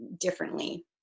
differently